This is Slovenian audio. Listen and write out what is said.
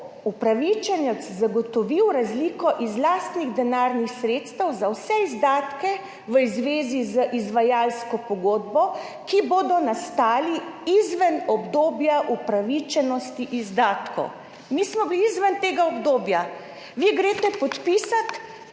upravičenec zagotovil razliko iz lastnih denarnih sredstev za vse izdatke v zvezi z izvajalsko pogodbo, ki bodo nastali izven obdobja upravičenosti izdatkov. Mi smo bili izven tega obdobja, vi greste podpisat